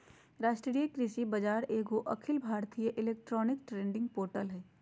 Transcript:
राष्ट्रीय कृषि बाजार एगो अखिल भारतीय इलेक्ट्रॉनिक ट्रेडिंग पोर्टल हइ